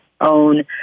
own